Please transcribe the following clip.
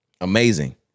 Amazing